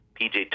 PJ